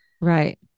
Right